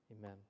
amen